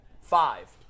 Five